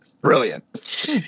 brilliant